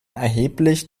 erheblich